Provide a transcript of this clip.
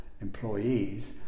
employees